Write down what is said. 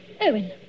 Owen